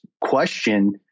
question